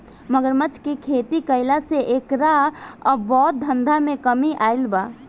मगरमच्छ के खेती कईला से एकरा अवैध धंधा में कमी आईल बा